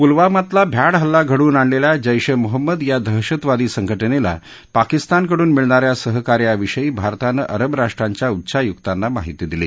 पुलवामातला भ्याड हल्ला घडवून आणलेल्या जैश ए मोहम्मद या दहशतवादी संघटनेला पाकिस्तानकडून मिळणाऱ्या सहकार्याविषयी भारतानं अरब राष्ट्रांच्या उच्चायुकांना माहिती दिली